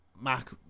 Mac